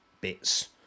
bits